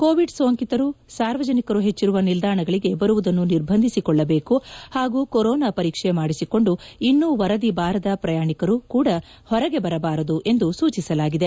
Covid ಸೋಂಕಿತರು ಸಾರ್ವಜನಿಕರು ಹೆಚ್ಚಿರುವ ನಿಲ್ಲಾಣಗಳಿಗೆ ಬರುವುದನ್ನು ನಿರ್ಬಂಧಿಸಿಕೊಳ್ಳಬೇಕು ಹಾಗೂ ಕೊರೋನಾ ಪರೀಕ್ಷೆ ಮಾಡಿಸಿಕೊಂಡು ಇನ್ನೂ ವರದಿ ಬಾರದ ಪ್ರಯಾಣಿಕರು ಕೂಡ ಹೊರಗೆ ಬರಬಾರದು ಎಂದು ಸೂಚಿಸಲಾಗಿದೆ